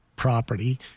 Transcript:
property